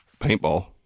paintball